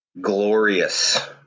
glorious